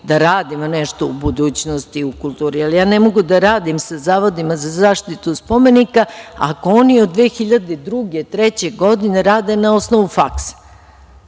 da radimo nešto u budućnosti u kulturi, ali ja ne mogu da radim sa zavodima za zaštitu spomenika ako oni od 2002, 2003. godine rade na osnovu faksa.